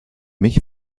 mich